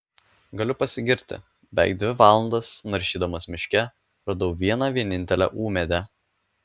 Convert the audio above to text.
galiu pasigirti beveik dvi valandas naršydamas miške radau vieną vienintelę ūmėdę